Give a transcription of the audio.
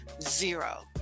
zero